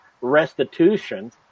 restitution